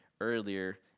Earlier